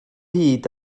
hyd